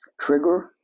trigger